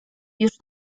już